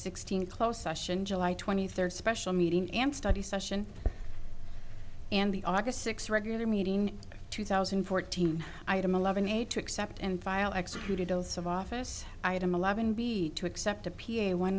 sixteenth close session july twenty third special meeting and study session and the august sixth regular meeting two thousand and fourteen item eleven eight to accept and file executed oath of office item eleven b to accept a p a one